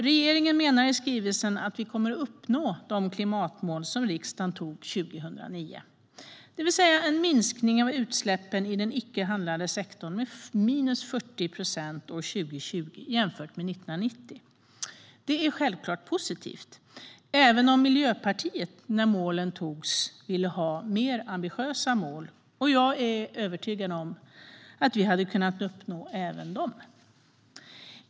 Regeringen menar i skrivelsen att vi kommer att uppnå de klimatmål som riksdagen kom överens om 2009, det vill säga en minskning av utsläppen i den icke-handlande sektorn med 40 procent till år 2020 jämfört med 1990. Det är självklart positivt, även om Miljöpartiet när målen sattes upp ville ha mer ambitiösa mål. Jag är övertygad om att vi hade kunnat uppnå även dem.